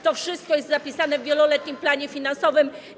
To wszystko jest zapisane w wieloletnim planie finansowym.